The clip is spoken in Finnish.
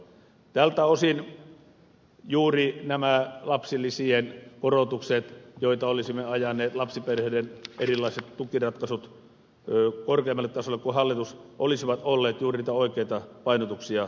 tältä osin juuri lapsilisien korotukset joita olisimme ajaneet lapsiperheiden erilaiset tukiratkaisut korkeammalle tasolle kuin hallitus esittää olisivat olleet juuri niitä oikeita painotuksia